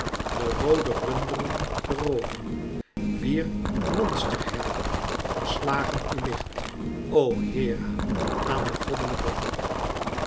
de roode runderen te rooven wier monsterherder verslagen u ligt o hera aan den goddelijken voet